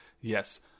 yes